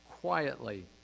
quietly